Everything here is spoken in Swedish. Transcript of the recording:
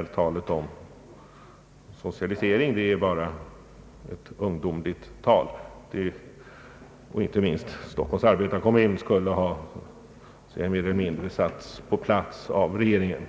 att talet om banksocialisering uppenbarligen endast varit uttryck för en ungdomlig entusiasm och att inte minst Stockholms arbetarekommun mer eller mindre skulle ha satts på plats av regeringen.